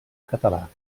català